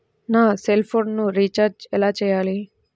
నా సెల్ఫోన్కు రీచార్జ్ ఎలా చేయాలి?